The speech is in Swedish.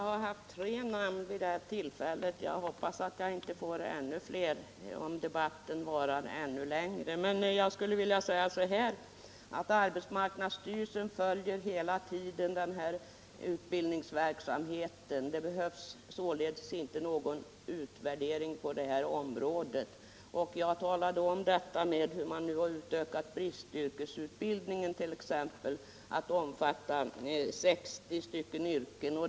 Herr talman! Arbetsmarknadsstyrelsen följer hela tiden utbildningsverksamheten. Det behövs således ingen utvärdering på det här området. Jag talade om hur man nu utökat bristyrkesutbildningen till att omfatta 60 yrken.